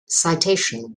citation